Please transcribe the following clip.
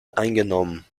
eingenommen